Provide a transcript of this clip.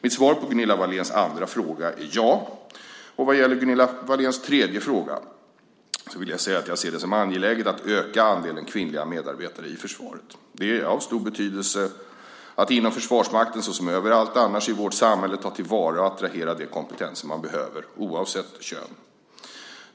Mitt svar på Gunilla Wahléns andra fråga är ja. Vad gäller Gunilla Wahléns tredje fråga ser jag det som angeläget att öka andelen kvinnliga medarbetare i försvaret. Det är av stor betydelse att inom Försvarsmakten, såsom överallt annars i vårt samhälle, ta till vara och attrahera de kompetenser man behöver, oavsett kön.